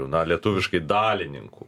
na lietuviškai dalininkų